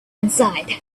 inside